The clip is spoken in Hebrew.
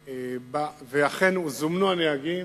ואכן, זומנו הנהגים,